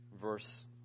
verse